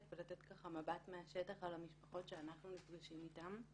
ולתת מבט מהשטח על המשפחות שאנחנו נפגשים איתם.